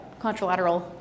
contralateral